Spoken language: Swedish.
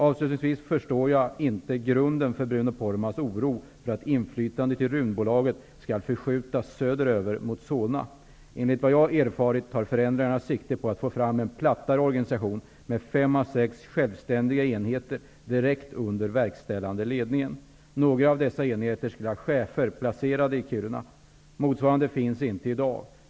Avslutningsvis förstår jag inte grunden för Bruno Poromaas oro för att ''inflytandet i Rymdbolaget skall förskjutas söderöver mot Solna''. Enligt vad jag erfarit tar förändringarna sikte på att få fram en plattare organisation med fem à sex självständiga enheter direkt under verkställande ledningen. Några av dessa enheter skall ha chefer placerade i Kiruna. Motsvarande finns inte i dag.